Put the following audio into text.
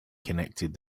connected